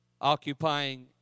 Occupying